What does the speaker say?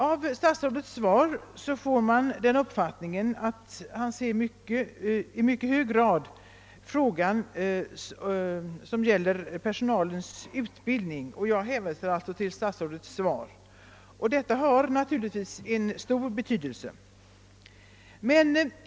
Av statsrådets svar får man den uppfattningen att han anser att frågan i hög grad gäller personalutbildning, och sådan utbildning har naturligtvis stor betydelse.